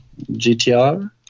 GTR